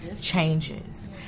Changes